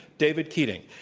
david keating.